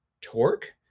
torque